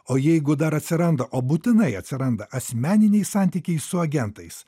o jeigu dar atsiranda o būtinai atsiranda asmeniniai santykiai su agentais